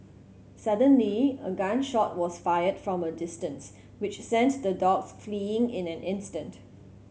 suddenly a gun shot was fired from a distance which sent the dogs fleeing in an instant